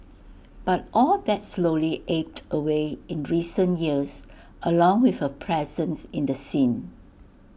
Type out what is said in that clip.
but all that slowly ebbed away in recent years along with her presence in the scene